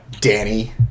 Danny